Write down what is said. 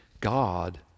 God